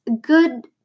good